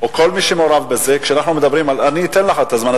או כל מי שמעורב בזה, אני אתן לך את הזמן.